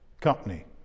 company